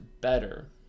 better